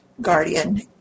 guardian